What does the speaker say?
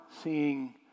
seeing